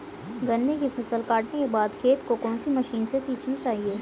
गन्ने की फसल काटने के बाद खेत को कौन सी मशीन से सींचना चाहिये?